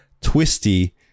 twisty